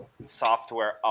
software